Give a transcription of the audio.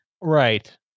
Right